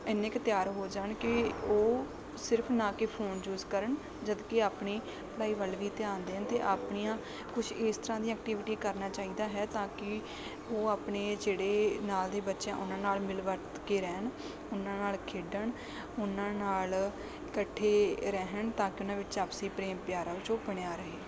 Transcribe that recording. ਇੰਨੇ ਕੁ ਤਿਆਰ ਹੋ ਜਾਣ ਕਿ ਉਹ ਸਿਰਫ਼ ਨਾ ਕਿ ਫੋਨ ਯੂਜ ਕਰਨ ਜਦਕਿ ਆਪਣੀ ਪੜ੍ਹਾਈ ਵੱਲ ਵੀ ਧਿਆਨ ਦੇਣ ਅਤੇ ਆਪਣੀਆਂ ਕੁਛ ਇਸ ਤਰ੍ਹਾਂ ਦੀਆਂ ਐਕਟੀਵਿਟੀ ਕਰਨਾ ਚਾਹੀਦਾ ਹੈ ਤਾਂ ਕਿ ਉਹ ਆਪਣੇ ਜਿਹੜੇ ਨਾਲ ਦੇ ਬੱਚੇ ਆ ਉਹਨਾਂ ਨਾਲ ਮਿਲ ਵਰਤ ਕੇ ਰਹਿਣ ਉਹਨਾਂ ਨਾਲ ਖੇਡਣ ਉਹਨਾਂ ਨਾਲ ਇਕੱਠੇ ਰਹਿਣ ਤਾਂ ਕਿ ਉਹਨਾਂ ਵਿੱਚ ਆਪਸੀ ਪ੍ਰੇਮ ਪਿਆਰ ਆ ਜੋ ਬਣਿਆ ਰਹੇ